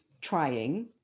trying